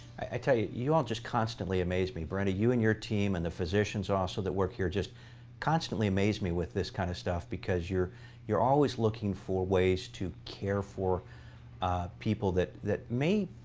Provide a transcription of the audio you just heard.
i tell you, you all just constantly amaze me. brenda, you and your team and the physicians also that work here just constantly amaze me with this kind of stuff because you're always looking for ways to care for people that that may,